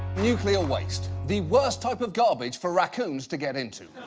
nuclear waste. the worst type of garbage for raccoons to get into.